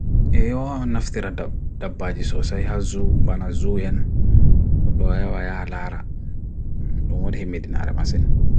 Eo nafstiradabadji sosay hazu banazu yan Wad luwaya waya halara Wad himidinara masin